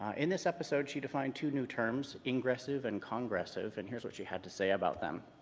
in this episode she defined two new terms, ingressive and congressive. and here's what she had to say about them